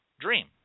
dream